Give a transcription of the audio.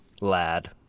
Lad